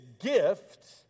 gift